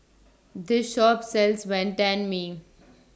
This Shop sells Wantan Mee